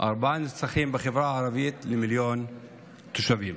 ארבעה נרצחים למיליון תושבים.